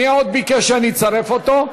מי עוד ביקש שאני אצרף אותו?